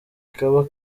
kaba